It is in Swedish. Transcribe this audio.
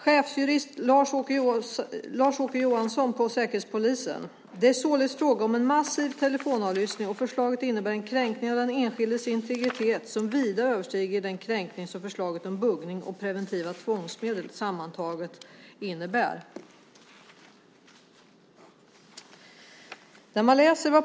Chefsjurist Lars-Åke Johansson på Säkerhetspolisen säger: "Det är således fråga om en massiv telefonavlyssning och förslaget innebär en kränkning av enskilds integritet som vida överstiger den kränkning som förslagen om buggning och preventiva tvångsmedel sammantaget innebär."